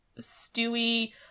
Stewie